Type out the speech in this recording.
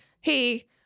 Hey